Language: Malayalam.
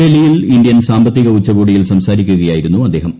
ഡൽഹിയിൽ ഇന്ത്യൻ സാമ്പത്തിക ഉച്ചകോടിയിൽ സംസാരിക്കുകയായിരുന്നു അദ്ദേഹം